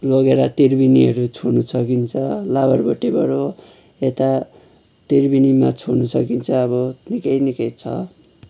लगेर त्रिवेणीहरू छुन सकिन्छ लाबरबोटेबाट यता त्रिवेणीमा छुनु सकिन्छ अब निकै निकै छ